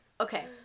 Okay